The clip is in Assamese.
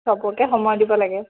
চবকে সময় দিব লাগে